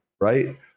right